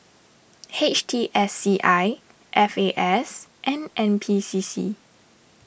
H T S C I F A S and N P C C